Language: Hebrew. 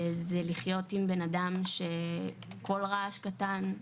זה לחיות עם בנאדם שכל רעש קטן,